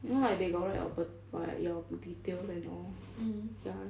you know like they got write your par~ par~ your details and all